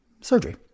surgery